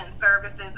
services